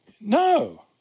No